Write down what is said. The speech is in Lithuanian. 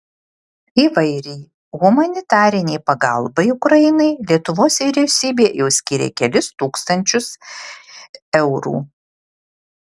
įvairiai humanitarinei pagalbai ukrainai lietuvos vyriausybė jau skyrė kelis šimtus tūkstančių eurų